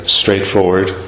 straightforward